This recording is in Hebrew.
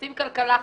רוצים כלכלה חופשית.